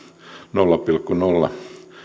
nolla pilkku nolla